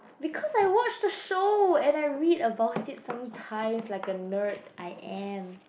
because I watch the show and I read about it sometimes like a nerd I am